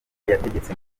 yategetse